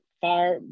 far